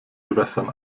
gewässern